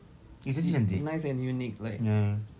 is just cantik ya